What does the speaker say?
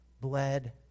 bled